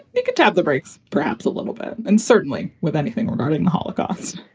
you can tap the brakes perhaps a little bit and certainly with anything regarding the holocaust.